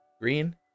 Green